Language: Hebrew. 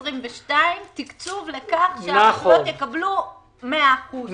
תקצוב לכך שהרשויות יקבלו מאה אחוז.